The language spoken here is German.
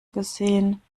gesehen